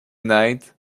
night